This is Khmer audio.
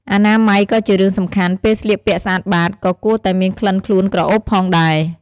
អនាម័យក៏ជារឿងសំខាន់ ពេលស្លៀកពាក់ស្អាតបាត ក៏គួរតែមានក្លិនខ្លួនក្រអូបផងដេរ។